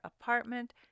apartment